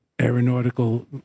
aeronautical